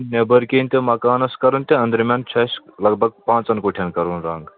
نیٚبر کِنۍ تہِ مکانَس کَرُن تہٕ أنٛدرِمٮ۪ن چھُ اَسہِ لگ بگ پانٛژن کُٹھٮ۪ن کَرُن رنٛگ